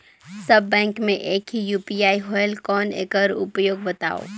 सब bank मे एक ही यू.पी.आई होएल कौन एकर उपयोग बताव?